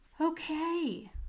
Okay